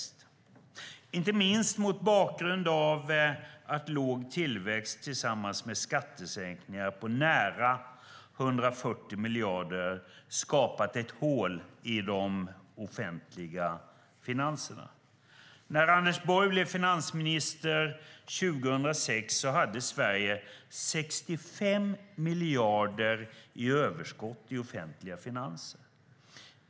Det gjorde jag inte minst mot bakgrund av att låg tillväxt tillsammans med skattesänkningar på nära 140 miljarder har skapat ett hål i de offentliga finanserna. När Anders Borg blev finansminister 2006 hade Sverige 65 miljarder i överskott i offentliga finanser.